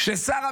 כששר הביטחון,